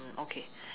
okay